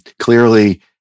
clearly